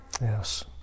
yes